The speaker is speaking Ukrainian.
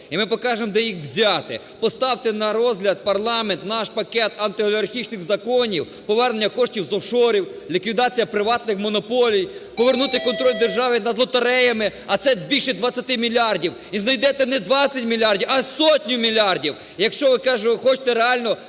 і ми покажемо, де їх взяти. Поставте на розгляд в парламент наш пакет антиолігархічних законів: повернення коштів з офшорів, ліквідація приватних монополій, повернути контроль держави над лотереями, а це більше 20 мільярдів, - і знайдете не 20 мільярдів, а сотню мільярдів, якщо ви хочете реально